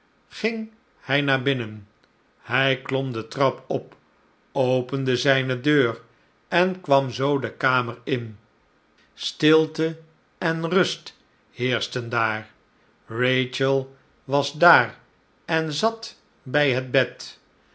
ging hij naar binnen hij klom de trap op opende zijne deur en kwam zoo de kamer in stilte en rust heerschten daar rachel was daar en zat bij het bed